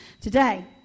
today